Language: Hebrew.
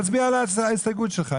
אנחנו נצביע על ההסתייגות שלך,